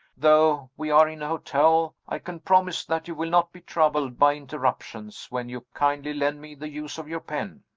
though we are in a hotel, i can promise that you will not be troubled by interruptions, when you kindly lend me the use of your pen.